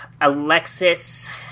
Alexis